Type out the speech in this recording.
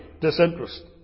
disinterest